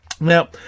Now